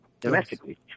domestically